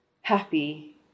happy